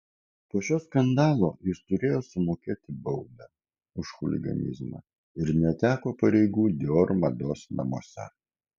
po šio skandalo jis turėjo sumokėti baudą už chuliganizmą ir neteko pareigų dior mados namuose